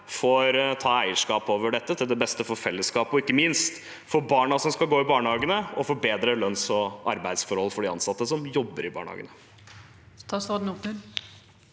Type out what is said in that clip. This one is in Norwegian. får ta eierskap over dette, til beste for fellesskapet og ikke minst for barna som skal gå i barnehagene, og for bedre lønns- og arbeidsforhold for de ansatte som jobber i barnehagene?